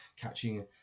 catching